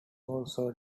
also